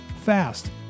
fast